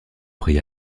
prix